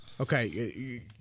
Okay